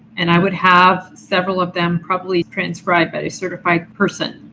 and i would have several of them probably transcribed by a certified person,